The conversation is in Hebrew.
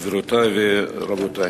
גבירותי ורבותי,